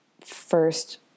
first